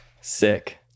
sick